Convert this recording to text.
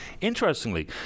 Interestingly